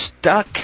stuck